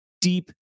deep